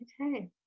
okay